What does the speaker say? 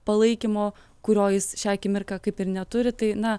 palaikymo kurio jis šią akimirką kaip ir neturi tai na